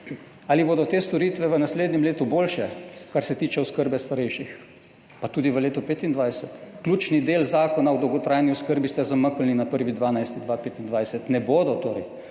Ali bodo te storitve v naslednjem letu boljše, kar se tiče oskrbe starejših? Pa tudi v letu 2025? Ključni del Zakona o dolgotrajni oskrbi ste zamaknili na 1. 12. 2025, torej